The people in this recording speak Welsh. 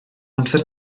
amser